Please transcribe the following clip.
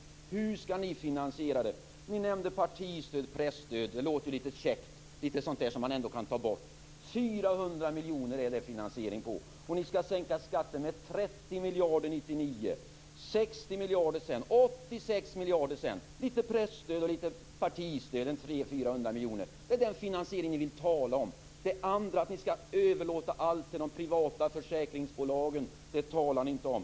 Hur skall ni finansiera det här? Ni har nämnt partistöd och presstöd. Det låter lite käckt, som någonting som man ändå kan ta bort. Det ger en finansiering med 400 miljoner kronor, men ni skall sänka skatten med 30 miljarder 1999 och sedan med 60 miljarder och med 86 miljarder. Presstöd och partistöd kan ge ca 300-400 miljoner. Det är den finansiering som ni vill tala om. Det andra, att ni vill överlåta allt till de privata försäkringsbolagen, talar ni inte om.